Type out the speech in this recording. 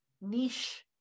niche